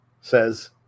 says